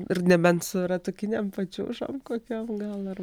ir nebent su ratukinėm pačiūžom kokiom gal ir